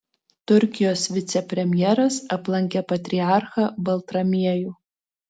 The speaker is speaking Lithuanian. turkijos vicepremjeras aplankė patriarchą baltramiejų